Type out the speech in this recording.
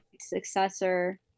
successor